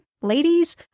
ladies